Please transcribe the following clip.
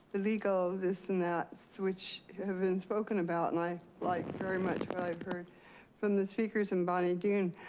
legal this and that's which have been spoken about, and i liked very much what i heard from the speakers in bonny doon.